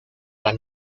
las